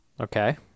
okay